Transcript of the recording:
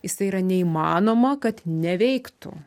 jisai yra neįmanoma kad neveiktų